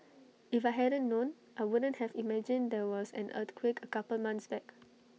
if I hadn't known I wouldn't have imagined there was an earthquake A couple months back